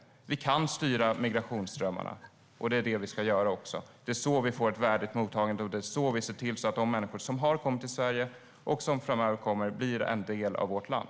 Vi kan styra migrationsströmmarna, och det ska vi göra. Det är så vi får ett värdigt mottagande, och det är så vi ser till att de människor som har kommit till Sverige och som framöver kommer hit blir en del av vårt land.